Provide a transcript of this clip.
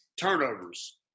turnovers